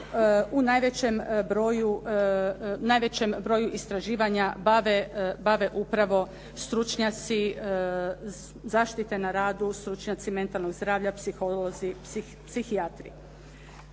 u najvećem broju istraživanja bave upravo stručnjaci zaštite na radu, stručnjaci mentalnog zdravlja, psiholozi, psihijatri.